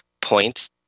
point